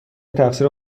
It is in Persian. تقصیر